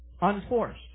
Unforced